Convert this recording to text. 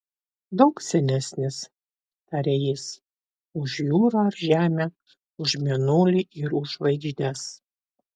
daug senesnis tarė jis už jūrą ar žemę už mėnulį ir už žvaigždes